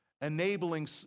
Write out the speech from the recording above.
enabling